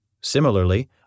Similarly